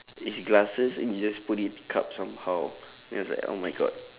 it's glasses then you just put it cups somehow then it's like oh my god